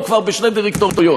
הוא כבר בשני דירקטוריונים.